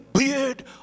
beard